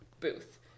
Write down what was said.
booth